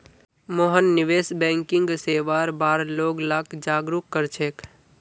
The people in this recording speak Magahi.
मोहन निवेश बैंकिंग सेवार बार लोग लाक जागरूक कर छेक